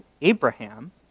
Abraham